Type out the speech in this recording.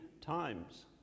times